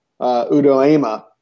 Udoema